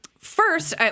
first